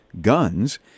guns